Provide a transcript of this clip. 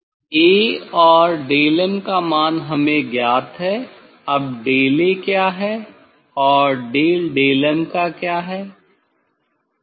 'A' और del m का मान हमें ज्ञात है अब डेल A क्या है और डेल डेल m क्या है